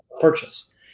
purchase